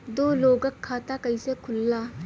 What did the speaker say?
दो लोगक खाता कइसे खुल्ला?